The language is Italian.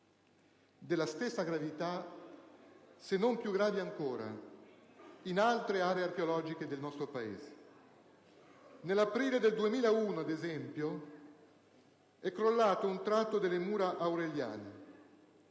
della stessa gravità, se non più gravi ancora, in altre aree archeologiche del nostro Paese. Nell'aprile del 2001, ad esempio, è crollato un tratto delle Mura aureliane,